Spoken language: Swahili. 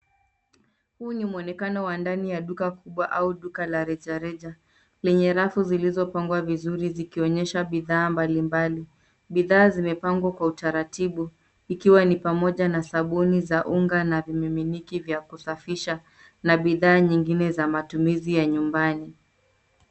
Huu ni mwonekano wa ndani ya duka kubwa au duka la rejareja, lenye rafu zilizopangwa vizuri zikionyesha bidhaa mbalimbali. Bidhaa zimepangwa kwa utaratibu, ikiwa ni pamoja na sabuni za unga na vimiminiki vya kusafisha na bidhaa nyingine za matumizi ya nyumbani.